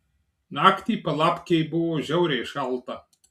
naktį palapkėj buvo žiauriai šalta